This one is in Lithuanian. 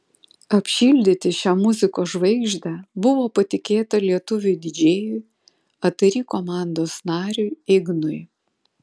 apšildyti šią muzikos žvaigždę buvo patikėta lietuviui didžėjui atari komandos nariui ignui